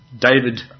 David